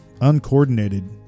Uncoordinated